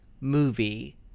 movie